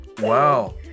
Wow